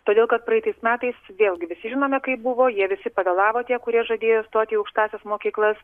todėl kad praeitais metais vėlgi visi žinome kaip buvo jie visi pavėlavo tie kurie žadėjo stoti į aukštąsias mokyklas